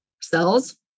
cells